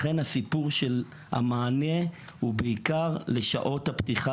לכן הסיפור של המענה הוא בעיקר לשעות הפתיחה,